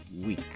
week